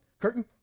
Curtain